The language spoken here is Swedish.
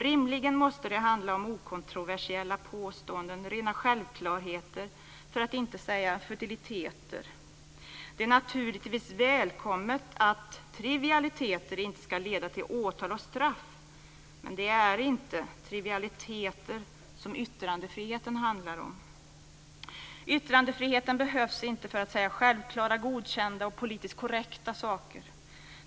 Rimligen måste det handla om okontroversiella påståenden, rena självklarheter, för att inte säga futiliteter. Det är naturligtvis välkommet att trivialiteter inte ska leda till åtal och straff, men det är inte trivialiteter som yttrandefriheten handlar om. Yttrandefriheten behövs inte för att säga självklara, godkända och politiskt korrekta saker.